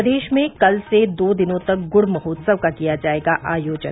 प्रदेश में कल से दो दिनों तक गुड़ महोत्सव का किया जायेगा आयोजन